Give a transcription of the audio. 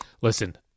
Listen